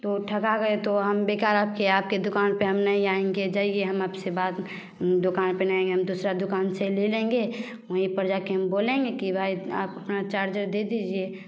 हम तो ठगा गए तो हम बेकार आपकी आपकी दुकान पर हम नहीं आएँगे जाइए हम आप से बात दुकान पर नहीं हम दूसरी दुकान से ले लेंगे उही पर जा कर हम बोलेंगे कि भाई आप अपना चार्जर दे दिजीए